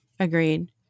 Agreed